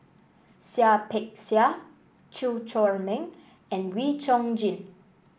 Seah Peck Seah Chew Chor Meng and Wee Chong Jin